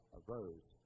arose